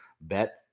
bet